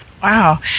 Wow